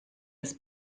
des